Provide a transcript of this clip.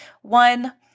One